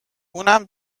اونم